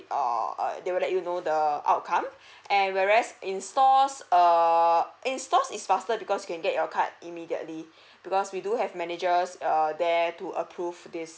err err they will let you know the outcome and whereas in stores err in stores is faster because can get your card immediately because we do have managers err there to approve this